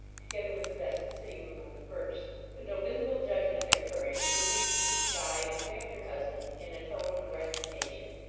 together with the best sitting-room on the first but no visible judgment occurring, she heaved a deep sigh, and begged her husband, in a tone of resignation,